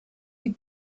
die